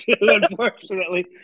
unfortunately